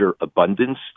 abundance